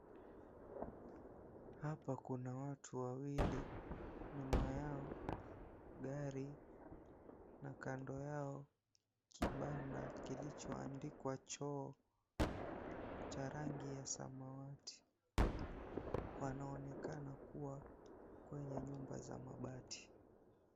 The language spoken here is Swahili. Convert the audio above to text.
Hapa kuna watu wawili, nyuma yao gari, na kando yao kibanda kilichoandikwa choo cha rangi ya samawati. Wanaonekana kuwa kwenye nyumba za mabati.